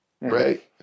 right